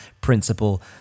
principle